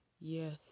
Yes